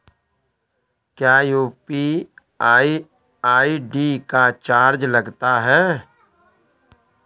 क्या UPI ID का charge लगता है?